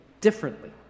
differently